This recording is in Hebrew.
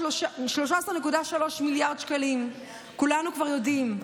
13.3 מיליארד שקלים, כולנו כבר יודעים,